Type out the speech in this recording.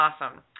awesome